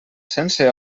sense